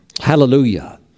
Hallelujah